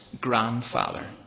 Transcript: grandfather